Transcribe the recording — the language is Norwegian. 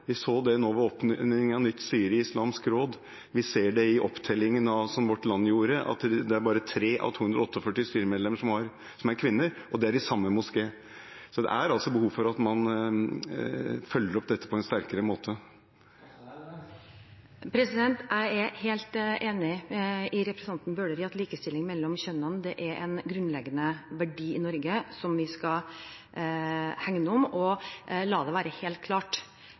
Vi så det ved oppnevningen av nytt styre i Islamsk Råd, og vi ser det i opptellingen som Vårt Land gjorde, at det bare er 3 av 248 styremedlemmer som er kvinner, og de tre er i samme moské. Det er altså behov for at man følger opp dette på en sterkere måte. Jeg er helt enig med representanten Bøhler i at likestilling mellom kjønnene er en grunnleggende verdi i Norge som vi skal hegne om. La det være helt klart: